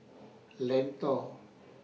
Lentor